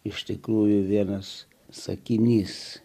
iš tikrųjų vienas sakinys